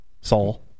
Saul